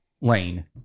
Lane